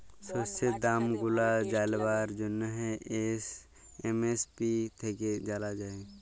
শস্যের দাম গুলা জালবার জ্যনহে এম.এস.পি থ্যাইকে জালা যায়